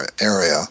area